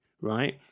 right